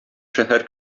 шәһәр